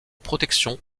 protection